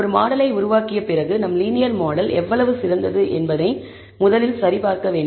ஒரு மாடலை உருவாக்கிய பிறகு நம் லீனியர் மாடல் எவ்வளவு சிறந்தது என்பதை முதலில் சரிபார்க்க வேண்டும்